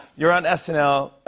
you're on snl.